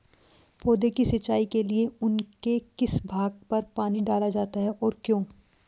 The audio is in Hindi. पौधों की सिंचाई के लिए उनके किस भाग पर पानी डाला जाता है और क्यों?